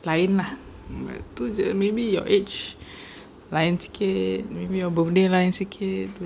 lain lah but tu jer maybe your age lain sikit maybe your birthday lain sikit